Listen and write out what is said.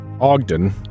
Ogden